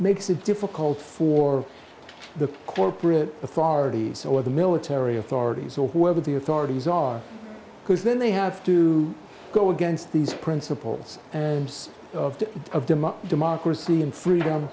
makes it difficult for the corporate authorities or the military authorities or whoever the authorities are because then they have to well against these principles of them up democracy and freedom